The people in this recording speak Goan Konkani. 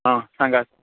आं सांगांत हय